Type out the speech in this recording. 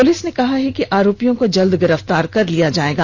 police ने कहा है कि आरोपियों को जल्द गिरफ्तार किया जायेगा